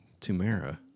Tumera